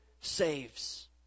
saves